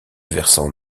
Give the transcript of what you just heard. versant